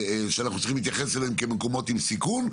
שצריך להתייחס אליהם כמבנים עם סיכון.